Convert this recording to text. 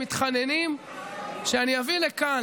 הם מתחננים שאני אביא לכאן,